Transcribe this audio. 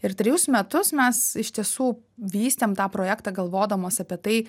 ir trejus metus mes iš tiesų vystėme tą projektą galvodamos apie tai